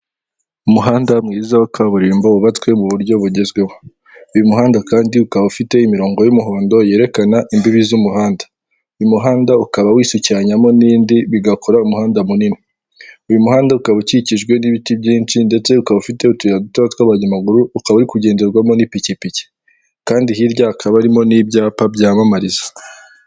Umuhanda mwiza wa kaburimbo wubatswe mu buryo bugezweho, uyu muhanda kandi ukaba ufite imirongo y'umuhondo yerekana imbibi z'umuhanda, uyu muhanda ukaba wisukiranyamo n'indi bigakora umuhanda munini, uyu muhanda ukaba ukikijwe n'ibiti byinshi, ndetse ukaba ufite utuyira dutoya tw'abanyamaguru ukaba uri kugenderwamo n'ipikipiki, kandi hirya hakaba harimo n'ibyapa byamamariza.